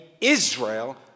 Israel